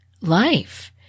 life